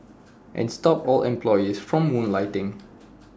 and stop all employees from moonlighting